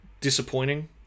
disappointing